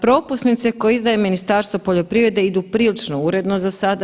Propusnice koje izdaje Ministarstvo poljoprivrede idu prilično uredno za sada.